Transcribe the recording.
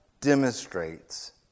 demonstrates